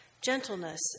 gentleness